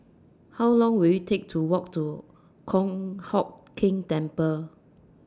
How Long Will IT Take to Walk to Kong Hock Keng Temple